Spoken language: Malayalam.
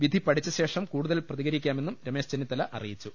വിധി പഠിച്ച ശേഷം കൂടുതൽ പ്രതികരിക്കാമെന്നും രമേശ് ചെന്നിത്തല അറിയിച്ചു